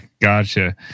Gotcha